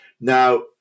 Now